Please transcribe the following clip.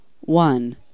one